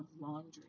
laundry